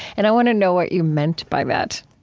and i want to know what you meant by that